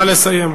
נא לסיים.